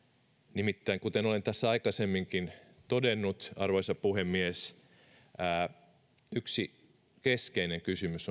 nimittäin kuten olen tässä aikaisemminkin todennut arvoisa puhemies yksi keskeinen kysymys